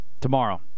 Tomorrow